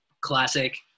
classic